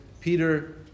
Peter